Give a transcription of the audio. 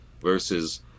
versus